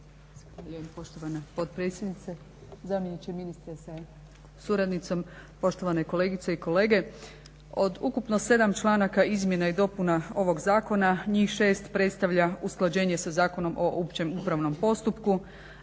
(SDP)** Poštovana potpredsjednice, zamjeniče ministra sa suradnicom, poštovane kolegice i kolege. Od ukupno 7 članka izmjene i dopuna ovog zakona njih 6 predstavlja usklađenje sa Zakonom o općem upravnom postupku